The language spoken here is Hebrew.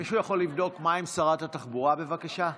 מישהו יכול לבדוק מה עם שרת התחבורה, בבקשה?